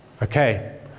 Okay